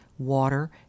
water